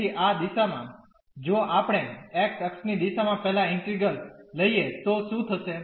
તેથી આ દિશામાં જો આપણે x ની દિશામાં પહેલા ઈન્ટિગ્રલ લઇએ તો શું થશે